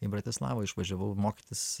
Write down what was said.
į bratislavą išvažiavau mokytis